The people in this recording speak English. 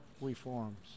reforms